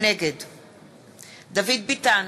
נגד דוד ביטן,